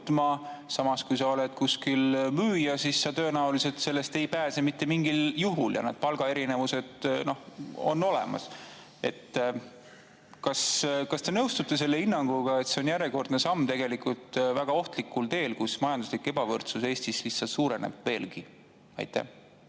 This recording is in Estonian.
samas, kui sa oled müüja, siis sa tõenäoliselt sellest ei pääse mitte mingil juhul, ja ka palgaerinevused on olemas. Kas te nõustute selle hinnanguga, et see on järjekordne samm väga ohtlikul teel, mille tõttu majanduslik ebavõrdsus Eestis lihtsalt suureneb veelgi? Hea